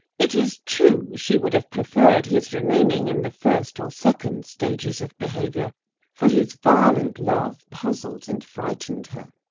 it is true she would have preferred his remaining in the first or second stages of behaviour for his violent love puzzled and frightened her.